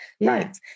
Right